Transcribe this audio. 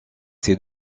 ses